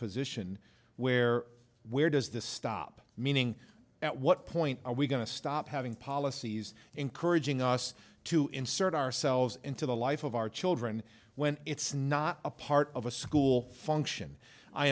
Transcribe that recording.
position where where does this stop meaning at what point are we going to stop having policies encouraging us to insert ourselves into the life of our children when it's not a part of a school function i